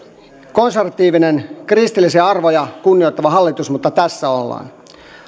konservatiivinen kristillisiä arvoja kunnioittava hallitus mutta tässä ollaan